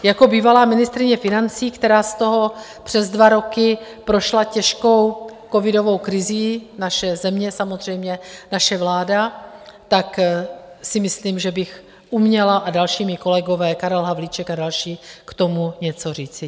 Jako bývalá ministryně financí, která z toho přes dva roky prošla těžkou covidovou krizí, naše země samozřejmě, naše vláda, tak si myslím, že bych uměla, a další mí kolegové, Karel Havlíček a další, k tomu něco říci.